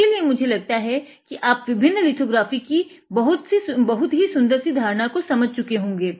इसीलिए मुझे लगता है कि अब आप विभिन्न लिथोग्राफी की बहुत ही सुंदर सी धारणा को समझ चुके होंगे